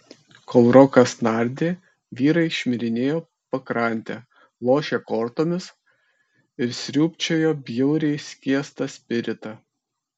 kol rokas nardė vyrai šmirinėjo pakrante lošė kortomis ir sriūbčiojo bjauriai skiestą spiritą